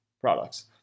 products